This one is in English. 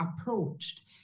approached